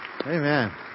Amen